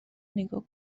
نیگا